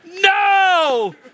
No